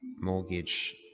mortgage